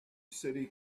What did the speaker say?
city